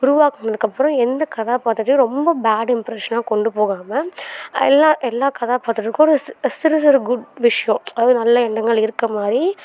உருவாக்குனதுக்கு அப்புறம் எந்த கதாபாத்திரத்தையும் ரொம்ப பேட் இம்ப்ரெஷனாக கொண்டு போகாமல் எல்லாம் எல்லா கதாபாத்திரத்துக்கும் ஒரு சி சிறு சிறு குட் விஷயம் அதாவது நல்ல எண்ணெங்கள் இருக்க மாதிரி